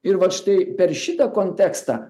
ir vat štai per šitą kontekstą